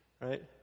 right